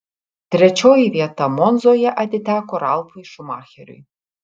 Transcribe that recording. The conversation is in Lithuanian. trečioji vieta monzoje atiteko ralfui šumacheriui